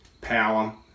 power